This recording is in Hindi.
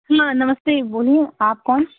जी हाँ नमस्ते बोलिए आप कौन